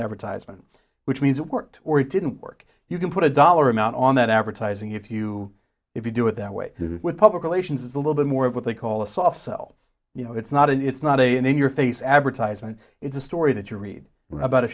advertisement which means it worked or it didn't work you can put a dollar amount on that advertising if you if you do it that way with public relations it's a little bit more of what they call a soft sell you know it's not it's not a in your face advertisement it's a story that you read about a